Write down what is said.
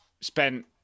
spent